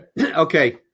Okay